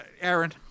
Aaron